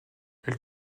elle